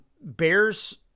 Bears